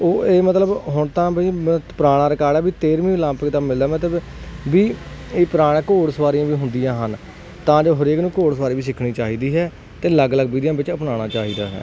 ਉਹ ਇਹ ਮਤਲਬ ਹੁਣ ਤਾਂ ਵੀ ਪੁਰਾਣਾ ਰਿਕਾਰਡ ਹੈ ਵੀ ਤੇਰ੍ਹਵੀਂ ਮਿਲਦਾ ਮਤਲਬ ਵੀ ਇਹ ਪੁਰਾਣਾ ਘੋੜ ਸਵਾਰੀਆਂ ਵੀ ਹੁੰਦੀਆਂ ਹਨ ਤਾਂ ਜੋ ਹਰੇਕ ਨੂੰ ਘੋੜਸਵਾਰੀ ਵੀ ਸਿੱਖਣੀ ਚਾਹੀਦੀ ਹੈ ਅਤੇ ਅਲੱਗ ਅਲੱਗ ਵਿਧੀਆਂ ਵਿੱਚ ਅਪਣਾਉਣਾ ਚਾਹੀਦਾ ਹੈ